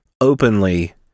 openly